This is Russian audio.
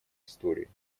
истории